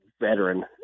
veteran